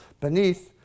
beneath